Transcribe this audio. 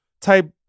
Type